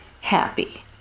happy